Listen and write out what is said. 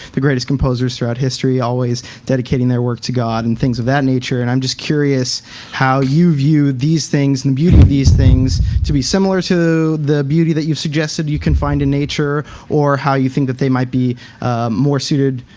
the greatest composers throughout history always dedicating their work to god and things of that nature and i'm just curious how you view these things and beauty of these things to be similar to the beauty that you suggested you can find in nature or how you think that they might be more suited,